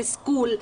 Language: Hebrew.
התסכול,